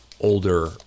older